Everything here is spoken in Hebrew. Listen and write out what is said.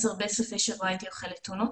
אז הרבה סופי שבוע הייתי אוכלת טונה,